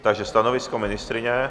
Takže stanovisko ministryně?